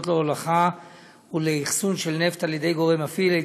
להולכה ולאחסון של נפט על-ידי גורם מפעיל,